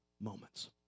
moments